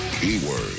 keyword